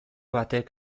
batek